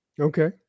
Okay